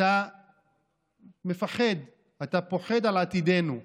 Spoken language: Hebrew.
אתה מפחד, אתה פוחד על עתידנו.